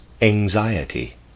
Anxiety